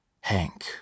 Hank